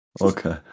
okay